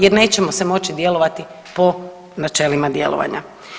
Jer nećemo se moći djelovati po načelima djelovanja.